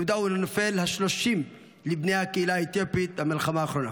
יהודה הוא הנופל ה-30 מבני הקהילה האתיופית במלחמה האחרונה.